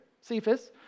Cephas